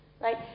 right